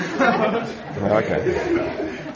Okay